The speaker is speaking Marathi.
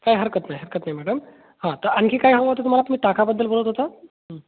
काय हरकत नाही हरकत नाही मॅडम हां तर आणखी काय हवं होतं तुम्हाला तुम्ही ताकाबद्दल बोलत होता हं